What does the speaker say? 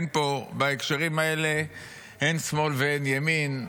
בהקשרים האלה אין שמאל ואין ימין,